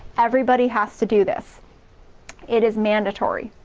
everybody has to do this it is mandatory.